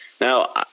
Now